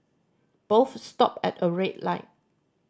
both stopped at a red light